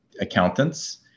accountants